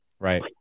Right